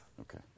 Okay